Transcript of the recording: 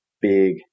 big